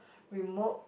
remote